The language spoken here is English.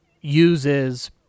uses